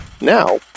now